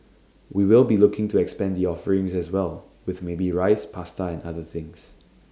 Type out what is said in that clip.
we will be looking to expand the offerings as well with maybe Rice Pasta and other things